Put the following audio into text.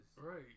right